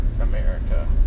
America